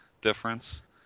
difference